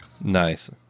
nice